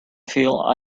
feel